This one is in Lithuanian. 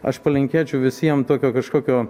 aš palinkėčiau visiem tokio kažkokio